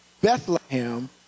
Bethlehem